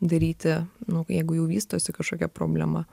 daryti nu jeigu jau vystosi kažkokia problema